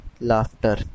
Laughter